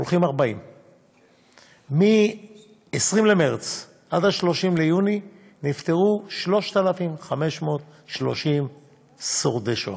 הולכים 40. מ-20 במרס עד 30 ביוני נפטרו 3,530 שורדי שואה,